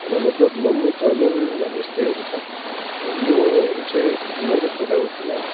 खाना मतलब मोमो चौमिन अब यस्तैहरू छ अब योहरू चाहिँ मैले पकाएको खाना